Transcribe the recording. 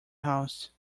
house